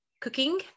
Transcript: cooking